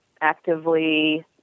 actively